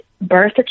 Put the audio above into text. birth